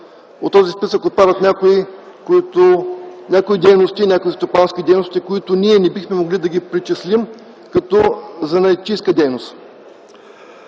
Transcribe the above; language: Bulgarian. От този списък отпадат някои стопански дейности, които не бихме могли да причислим като занаятчийска дейност.